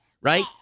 Right